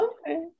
Okay